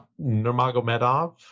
Nurmagomedov